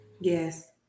yes